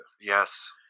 yes